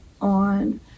on